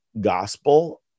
gospel